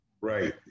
Right